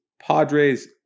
Padres